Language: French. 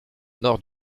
nord